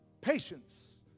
Patience